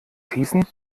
schießen